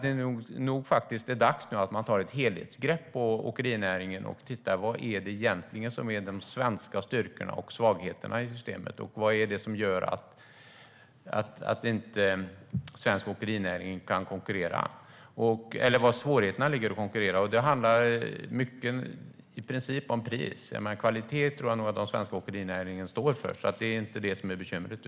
Det är dags att ta ett helhetsgrepp på åkerinäringen för att se vad som egentligen är de svenska styrkorna och svagheterna i systemet. Vari ligger svårigheterna att konkurrera för svensk åkerinäring? Det handlar i princip om pris. Kvalitet tror jag att den svenska åkerinäringen står för; det är inte det som är bekymret.